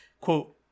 quote